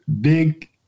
big